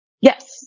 Yes